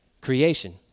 creation